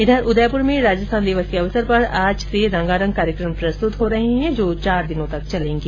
इघर उदयपुर में राजस्थान दिवस के अवसर पर आज से रंगारंग कार्यकम प्रस्तुत हो रहे हैं जो चार दिनों तक चलेंगे